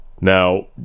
Now